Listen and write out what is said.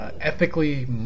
ethically